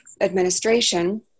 administration